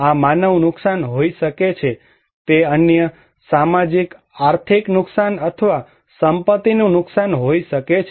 આ માનવ નુકસાન હોઈ શકે છે તે અન્ય સામાજિક આર્થિક નુકસાન અથવા સંપત્તિનુ નુકસાન હોઇ શકે છે